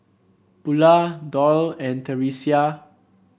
Bula Doyle and Theresia